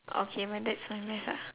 okay but that's ah